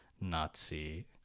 nazi